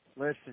Listen